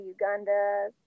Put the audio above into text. Uganda